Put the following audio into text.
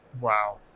Wow